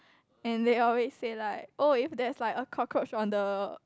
and they always say like oh if there's like a cockroach on the